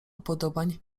upodobań